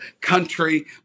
country